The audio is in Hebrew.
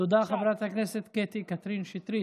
תודה, חברת הכנסת קטי קטרין שטרית.